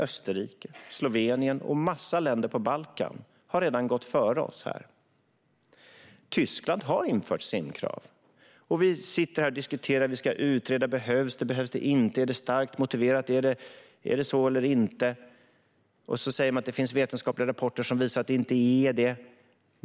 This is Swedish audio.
Österrike, Slovenien och en massa länder på Balkan har redan gått före oss. Tyskland har infört simkrav. Vi sitter här och diskuterar. Vi ska utreda: Behövs det, eller behövs det inte? Är det starkt motiverat? Är det så eller inte? Man säger att det finns vetenskapliga rapporter som visar att det inte är det.